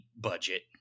budget